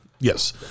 Yes